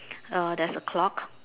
err there's a clock